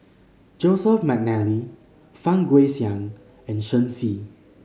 Joseph McNally Fang Guixiang and Shen Xi